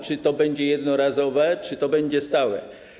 Czy to będzie jednorazowe, czy to będzie stałe?